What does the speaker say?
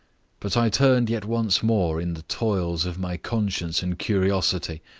but i turned yet once more in the toils of my conscience and curiosity.